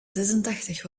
zesentachtig